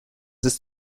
ist